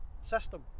system